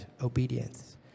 obedience